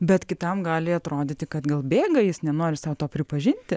bet kitam gali atrodyti kad gal bėga jis nenori sau to pripažinti